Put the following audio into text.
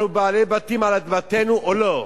אנחנו בעלי בתים על אדמתנו או לא?